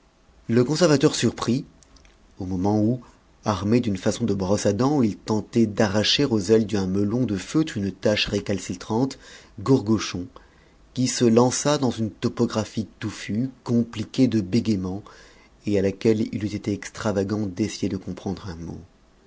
le conservateur surprit au moment où armé d'une façon de brosse à dents il tentait d'arracher aux ailes d'un melon de feutre une tache récalcitrante gourgochon qui se lança dans une topographie touffue compliquée de bégaiements et à laquelle il eût été extravagant d'essayer de comprendre un mot